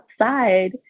outside